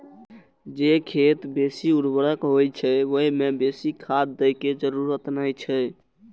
जे खेत बेसी उर्वर होइ छै, ओइ मे बेसी खाद दै के जरूरत नै छै